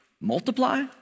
multiply